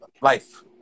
life